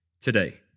today